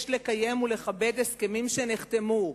יש לקיים ולכבד הסכמים שנחתמו.